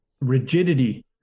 rigidity